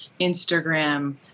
Instagram